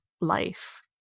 life